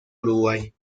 uruguay